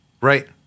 Right